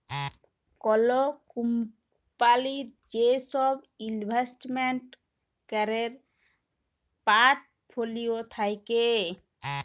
call কম্পলির যে সব ইলভেস্টমেন্ট ক্যরের পর্টফোলিও থাক্যে